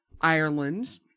Ireland